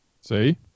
See